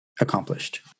accomplished